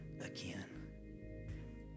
again